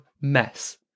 mess